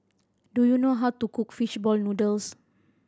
do you know how to cook fish ball noodles